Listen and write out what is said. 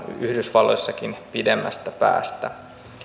yhdysvalloissakin pidemmästä päästä